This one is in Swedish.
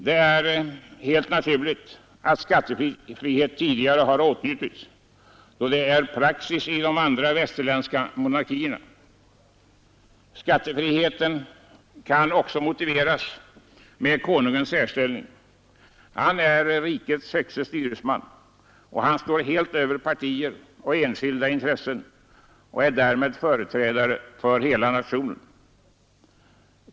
Det är helt naturligt att skattefrihet tidigare har åtnjutits, då det är praxis i de andra västerländska monarkierna, Skattefriheten kan också motiveras med Konungens särställning. Han är rikets högste styresman och står helt över partier och enskilda intressen och är därmed företrädare för hela nationen.